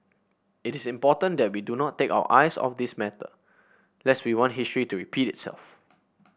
it is important that we do not take our eyes off this matter lest we want history to repeat itself